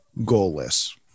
goalless